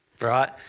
right